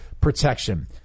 protection